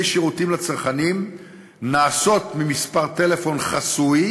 שירותים לצרכנים נעשות ממספר טלפון חסוי,